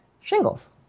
shingles